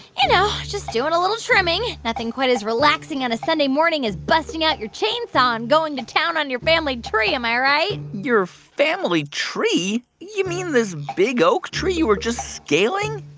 you know, just doing a little trimming nothing quite as relaxing on a sunday morning as busting out your chainsaw and going to town on your family tree, am i right? your family tree? you mean this big oak tree you were just scaling?